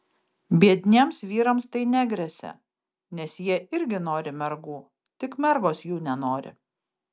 biedniems vyrams tai negresia nes jie irgi nori mergų tik mergos jų nenori